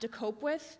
to cope with